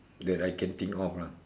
that I can think of lah